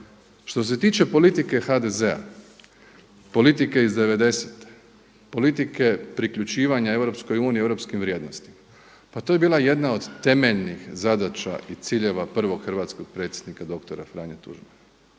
Što se tiče politike HDZ-a, politike iz 90.te, politike priključivanja EU i europskim vrijednostima. Pa to je bila jedna od temeljnih zadaća i ciljeva prvog hrvatskog predsjednika doktora Franje Tuđmana,